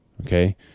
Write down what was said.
Okay